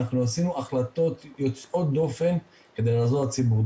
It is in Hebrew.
עשינו החלטות יוצאות דופן כדי לעזור לציבור.